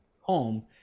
home